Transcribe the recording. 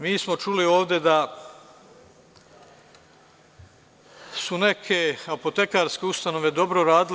Mi smo čuli ovde da su neke apotekarske ustanove dobro radile.